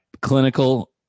clinical